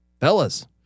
Fellas